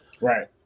right